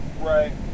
Right